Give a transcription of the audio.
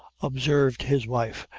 observed his wife,